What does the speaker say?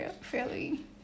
fairly